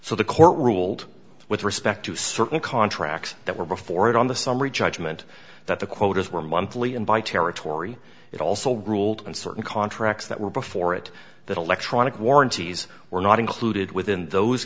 so the court ruled with respect to certain contracts that were before it on the summary judgment that the quotas were monthly in by territory it also ruled in certain contracts that were before it that electronic warranties were not included within those